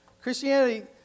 Christianity